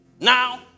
Now